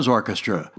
Orchestra